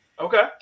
Okay